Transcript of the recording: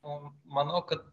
o manau kad